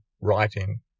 writing